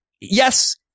yes